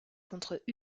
contre